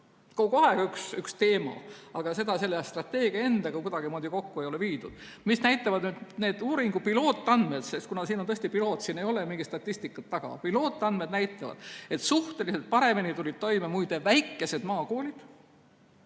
kogu aeg üks teema, aga seda selle strateegia endaga kuidagimoodi kokku ei ole viidud. Mida näitavad need uuringu pilootandmed? See on tõesti piloot[uuring], siin ei ole mingit statistikat taga. Pilootandmed näitavad, et suhteliselt paremini tulid toime muide väikesed maakoolid